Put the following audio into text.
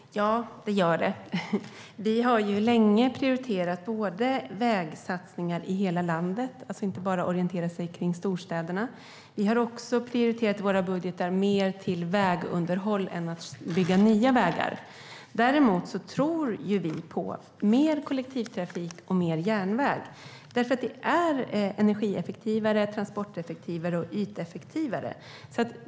Herr talman! Ja, det gör det. Vi har länge prioriterat vägsatsningar i hela landet - alltså inte bara orienterat kring storstäderna. Vi har också i våra budgetar prioriterat mer till vägunderhåll än till att bygga nya vägar. Däremot tror vi på mer kollektivtrafik och mer järnväg. Det är energieffektivare, transporteffektivare och yteffektivare.